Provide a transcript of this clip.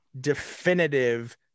definitive